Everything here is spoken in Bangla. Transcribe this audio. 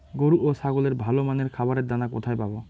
গরু ও ছাগলের ভালো মানের খাবারের দানা কোথায় পাবো?